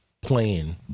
playing